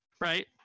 right